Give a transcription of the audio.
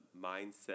mindset